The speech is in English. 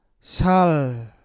Sal